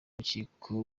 w’urukiko